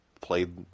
played